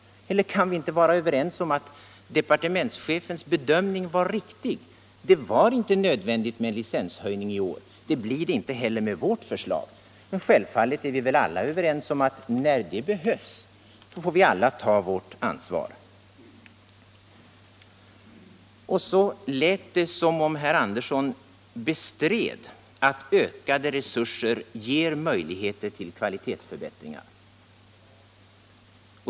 Kan vi inte vara överens om att departementschefens bedömning var riktig och att det inte är nödvändigt med en licenshöjning i år? Det blir det inte heller med vårt förslag. Men självfallet är vi alla överens om att vi får ta vårt ansvar när en licenshöjning så småningom behövs. Det lät som om herr Andersson bestred att ökade resurser ger möjligheter till kvalitetsförbättringar.